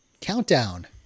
Countdown